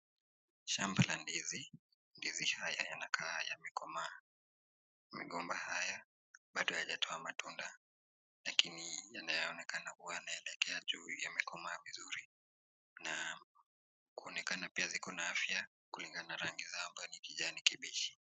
Shamba la ndizi, ndizi haya yanakaa yamekomaa, migomba haya bado hayajatoa matunda lakini yanaonekana kuwa yanaelekea juu yamekomaa vizuri na kuonekana pia ziko na afya kulingana na rangi zao ambayo ni kijani kibichi.